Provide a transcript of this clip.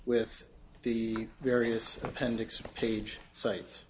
with the various appendix page cites